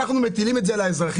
אנחנו מטילים את זה על האזרחים,